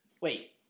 Wait